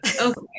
okay